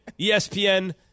ESPN